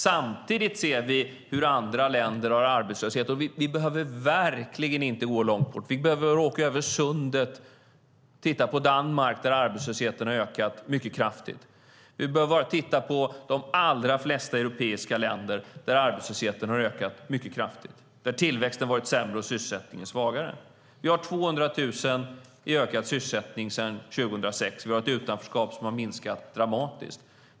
Samtidigt ser vi hur andra länder har arbetslöshet, och vi behöver verkligen inte gå långt bort. Vi behöver bara åka över Sundet och titta på Danmark där arbetslösheten har ökat mycket kraftigt. Vi behöver bara titta på de allra flesta europeiska länder där arbetslösheten har ökat mycket kraftigt, där tillväxten varit sämre och sysselsättningen svagare. Vi har 200 000 i ökad sysselsättning sedan 2006. Vi har ett utanförskap som har minskat dramatiskt.